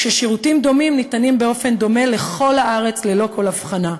כששירותים דומים ניתנים באופן דומה לכל הארץ ללא כל הבחנה.